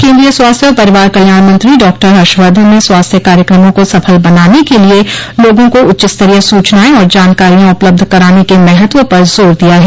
केन्द्रीय स्वास्थ्य और परिवार कल्याण मंत्री डॉक्टर हर्षवर्धन ने स्वास्थ्य कार्यक्रमों को सफल बनाने के लिए लोगों को उच्चस्तरीय सूचनाएं और जानकारियां उपलब्ध कराने के महत्व पर जोर दिया है